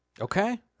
Okay